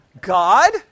God